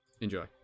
Enjoy